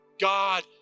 God